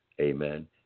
Amen